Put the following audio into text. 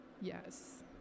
Yes